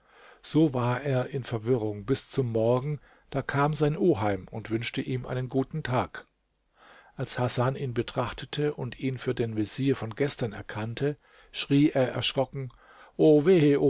so war er in verwirrung bis zum morgen da kam sein oheim und wünschte ihm einen guten tag als hasan ihn betrachtete und ihn für den vezier von gestern erkannte schrie er erschrocken o weh